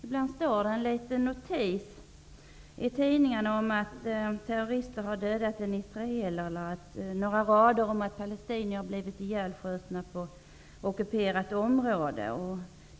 Ibland står det en liten notis i tidningarna om att terrorister har dödat en israel eller några rader om att palestinier har blivit ihjälskjutna på ockuperat område.